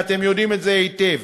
ואתם יודעים את זה היטב.